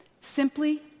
simply